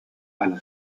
alla